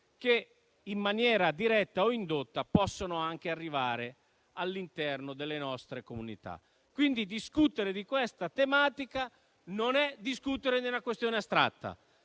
che, in maniera diretta o indotta, possono anche arrivare all'interno delle nostre comunità. Discutere di questa tematica non è quindi discutere di una questione astratta: